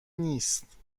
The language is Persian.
نیست